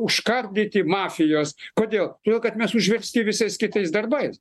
užkardyti mafijos kodėl todėl kad mes užversti visais kitais darbais